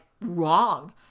wrong